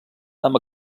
amb